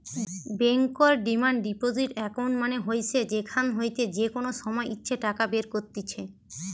বেঙ্কর demand deposit account মানে হইসে যেখান হইতে যে কোনো সময় ইচ্ছে টাকা বের কত্তিছে